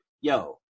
yo